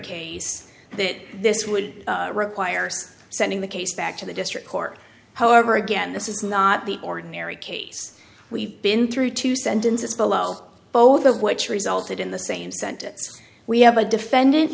case that this would require sending the case back to the district court however again this is not the ordinary case we've been through two sentences below both of which resulted in the same sentence we have a defendant